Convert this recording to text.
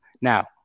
Now